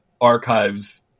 archives